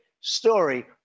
story